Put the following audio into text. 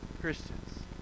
Christians